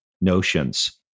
notions